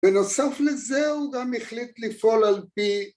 בנוסף לזה הוא גם החליט לפעול על פי